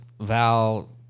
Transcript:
Val